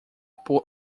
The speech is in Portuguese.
por